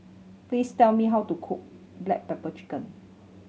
please tell me how to cook black pepper chicken